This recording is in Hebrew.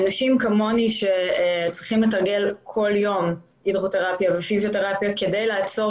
אנשים כמוני שצריכים לתרגל כל יום פיזיותרפיה כדי לעצור